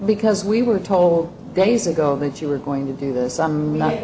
because we were told days ago that you were going to do this i'm